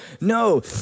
no